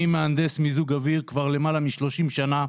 אני מהנדס מיזוג אוויר כבר למעלה משלושים שנה.